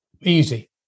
Easy